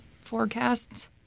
forecasts